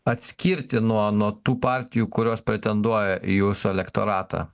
atskirti nuo nuo tų partijų kurios pretenduoja į jūsų elektoratą